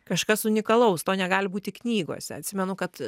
kažkas unikalaus to negali būti knygose atsimenu kad